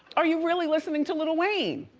are you really listening to lil wayne?